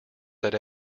that